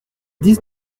dix